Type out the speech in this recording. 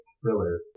Thriller